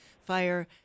fire